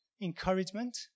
encouragement